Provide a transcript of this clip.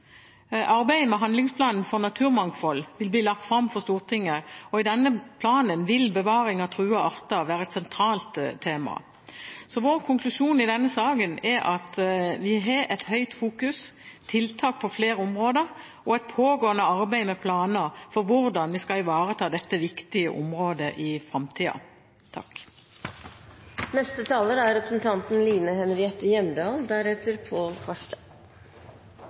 Arbeidet med handlingsplanen for naturmangfold vil bli lagt fram for Stortinget, og i denne planen vil bevaring av truede arter være et sentralt tema. Vår konklusjon i denne saken er at vi vier spørsmålet stor oppmerksomhet, har tiltak på flere områder og et pågående arbeid med planer for hvordan vi skal ivareta dette viktige området i framtida. Det Stortinget i dag gjør, er